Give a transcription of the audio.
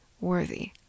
worthy